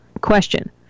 Question